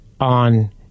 on